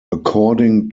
according